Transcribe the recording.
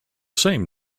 same